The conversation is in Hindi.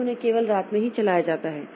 इसलिए उन्हें केवल रात में ही चलाया जाता है